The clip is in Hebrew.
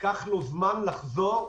ייקח לו זמן לחזור.